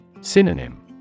Synonym